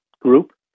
group